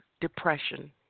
depression